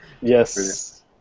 Yes